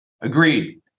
Agreed